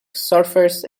surface